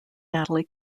natalie